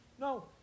No